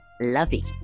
lovey